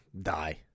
die